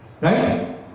Right